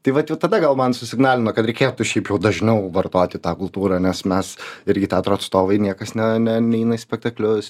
tai vat jau tada gal man susignalino kad reikėtų šiaip jau dažniau vartoti tą kultūrą nes mes irgi teatro atstovai niekas ne ne neina į spektaklius